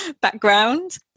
background